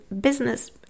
business